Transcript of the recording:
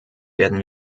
werden